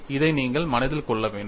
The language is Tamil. இதை நீங்கள் மனதில் கொள்ள வேண்டும்